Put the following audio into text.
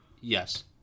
Yes